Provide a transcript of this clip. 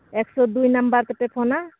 ᱮᱠᱥᱚ ᱫᱩᱭ ᱱᱟᱢᱵᱟᱨ ᱛᱮᱯᱮ ᱯᱷᱳᱱᱟ